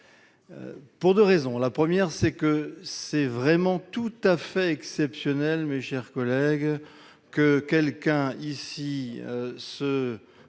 pour 2 raisons : la première c'est que c'est vraiment tout à fait exceptionnel, mes chers collègues, que quelqu'un ici se